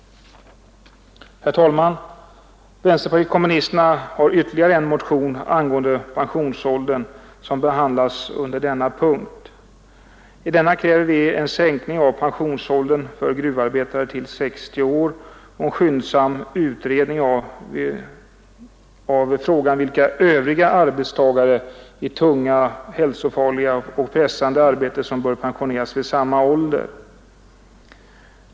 Herr talman! Vänsterpartiet kommunisterna har ytterligare en motion angående pensionsåldern som behandlas under denna punkt. I denna kräver vi en sänkning av pensionsåldern för gruvarbetare till 60 år och en skyndsam utredning av frågan vilka övriga arbetstagare i tunga, hälsofarliga och pressande arbeten som bör pensioneras vid samma ålder.